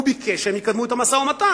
הוא ביקש שהם יקדמו את המשא-ומתן.